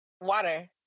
Water